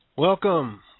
Welcome